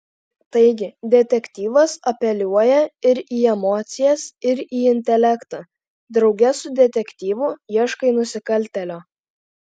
taigi detektyvas apeliuoja ir į emocijas ir į intelektą drauge su detektyvu ieškai nusikaltėlio